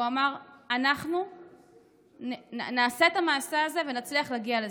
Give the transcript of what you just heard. הוא אמר: אנחנו נעשה את המעשה הזה ונצליח להגיע לזה.